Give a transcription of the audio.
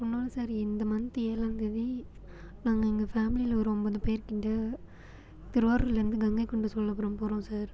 ஒன்றுல்ல சார் இந்த மந்த் ஏழாம் தேதி நாங்கள் எங்கள் ஃபேமிலியில் ஒரு ஒம்பது பேர் இங்கே திருவாரூர்லேருந்து கங்கைகொண்ட சோழபுரம் போகிறோம் சார்